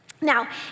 Now